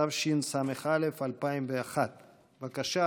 תשס"א 2001. בבקשה,